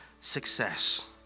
success